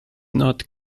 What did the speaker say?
not